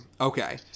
Okay